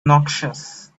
noxious